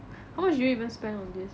ya